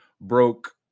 broke